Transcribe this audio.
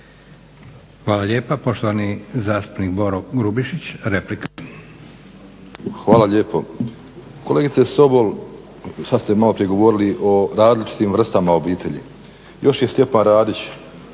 Hvala lijepa. Poštovani zastupnik Boro Grubišić, replika. **Grubišić, Boro (HDSSB)** Hvala lijepo. Kolegice Sobol, sad ste maloprije govorili o različitim vrstama obitelji. Još je Stjepan Radić